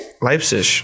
Leipzig